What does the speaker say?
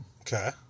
Okay